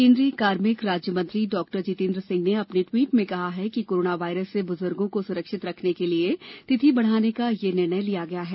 केन्द्रीय कार्मिक राज्यमंत्री डॉक्टर जितेन्द्र सिंह ने अपने ट्वीट में कहा है कि कोरोना वायरस से बुजुर्गो को सुरक्षित रखने के लिए तिथि बढ़ाने का ये निर्णय लिया गया है